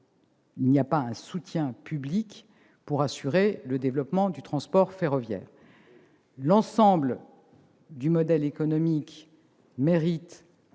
n'y aurait pas de soutien public au développement du transport ferroviaire. L'ensemble du modèle économique mérite